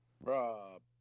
Rob